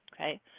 okay